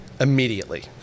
immediately